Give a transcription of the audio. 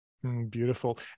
Beautiful